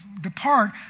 depart